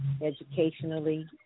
educationally